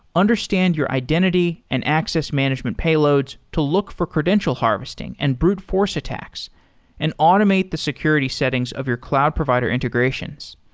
understand your identity and access management payloads to look for credential harvesting and brute force attacks and automate the security settings of your cloud provider integrations.